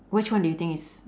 which one do you think is